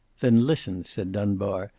then listen, said dunbar,